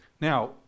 Now